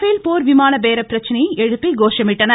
பேல் போர் விமான பேர பிரச்சனையை எழுப்பி கோஷமிட்டனர்